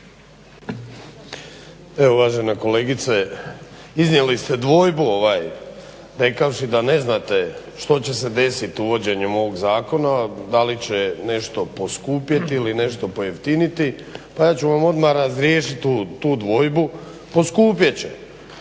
Evo uvažena kolegice, iznijeli ste dvojbu rekavši da ne znate što će se desiti uvođenjem ovog zakona, da li će nešto poskupjeti ili nešto pojeftiniti, pa ja ću vam odmah razriješiti tu dvojbu, poskupjet će.